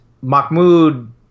Mahmoud